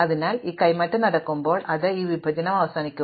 അതിനാൽ ഈ കൈമാറ്റം നടക്കുമ്പോൾ അത് ഈ വിഭജനം അവസാനിപ്പിക്കും